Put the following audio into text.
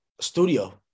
studio